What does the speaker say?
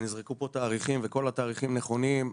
נזרקו פה תאריכים וכל התאריכים נכונים.